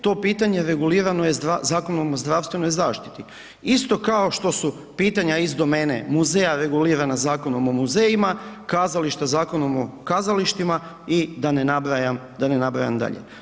To pitanje regulirano je Zakonom o zdravstvenoj zaštiti, isto kao što su pitanja iz domene muzeja regulirana Zakonom o muzejima, kazališta Zakonom o kazalištima i da ne nabrajam dalje.